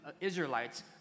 Israelites